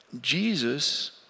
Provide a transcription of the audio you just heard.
Jesus